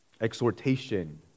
exhortation